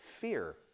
fear